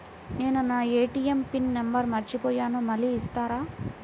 నేను నా ATM pin number మర్చిపోయాను మళ్ళీ ఇస్తారా?